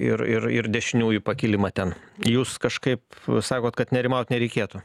ir ir ir dešiniųjų pakilimą ten jūs kažkaip sakot kad nerimaut nereikėtų